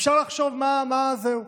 אפשר לחשוב מה זה.